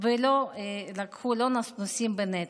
ולא נשאו בנטל.